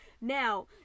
Now